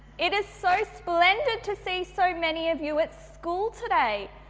it is so splendid to see so many of you at school today.